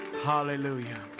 Hallelujah